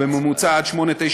בממוצע עד 08:00,